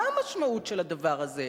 מה המשמעות של הדבר הזה?